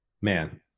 Man